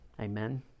Amen